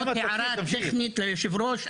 זו הייתה הערה טכנית ליושב ראש,